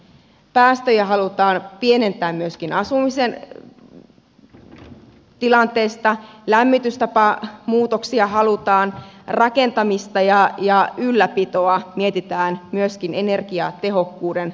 päästöjä halutaan pienentää myöskin asumisen tilanteesta riippuen lämmitystapamuutoksia halutaan rakentamista ja ylläpitoa mietitään myöskin energiatehokkuuden kannalta